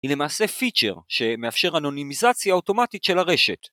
‫היא למעשה פיצ'ר שמאפשר ‫אנונימיזציה אוטומטית של הרשת.